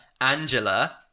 Angela